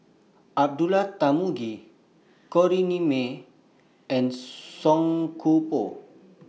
Abdullah Tarmugi Corrinne May and Song Koon Poh